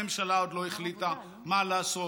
גם בזה הממשלה עוד לא החליטה מה לעשות,